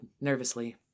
nervously